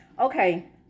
Okay